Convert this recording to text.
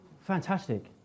Fantastic